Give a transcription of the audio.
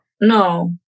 No